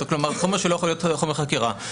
כלומר חומר שלא יכול להיות חומר חקירה.